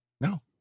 No